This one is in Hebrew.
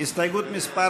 הסתייגות מס'